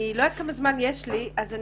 אני לא יודעת כמה זמן יש לי לדבר.